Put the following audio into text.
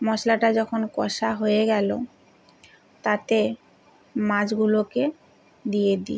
মশলাটা যখন কষা হয়ে গেলো তাতে মাছগুলোকে দিয়ে দিই